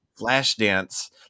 Flashdance